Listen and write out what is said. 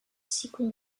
sequel